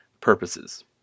purposes